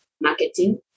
marketing